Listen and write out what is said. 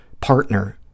partner